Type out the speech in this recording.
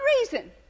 reason